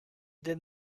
did